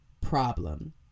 problem